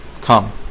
come